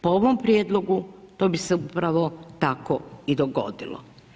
Po ovom prijedlogu to bi se upravo tako i dogodilo.